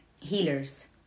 healers